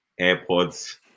AirPods